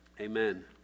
Amen